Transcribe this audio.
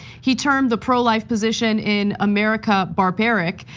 he termed the pro life position in america barbaric,